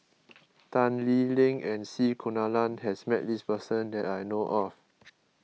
Tan Lee Leng and C Kunalan has met this person that I know of